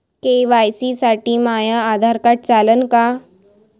KYC साठी माह्य Aadhaar card चालन का?